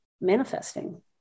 manifesting